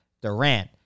Durant